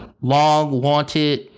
long-wanted